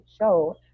show